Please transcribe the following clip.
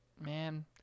Man